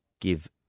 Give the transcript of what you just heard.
give